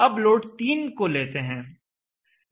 अब लोड 3 को लेते हैं